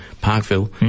parkville